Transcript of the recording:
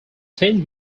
teen